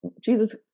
Jesus